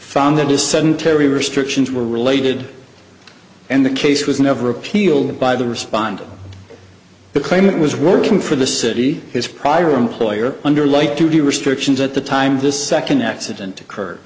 found that his sedentary restrictions were related and the case was never appealed by the respondent the claimant was working for the city his prior employer under light duty restrictions at the time this second